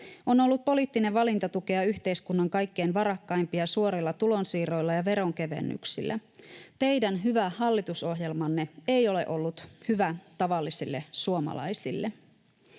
On ollut poliittinen valinta tukea yhteiskunnan kaikkein varakkaimpia suorilla tulonsiirroilla ja veronkevennyksillä. Teidän hyvä hallitusohjelmanne ei ole ollut hyvä tavallisille suomalaisille.